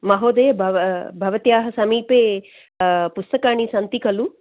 महोदय भव भवत्याः समीपे पुस्तकानि सन्ति खलु